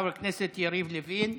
תודה, חבר הכנסת יריב לוין.